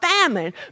famine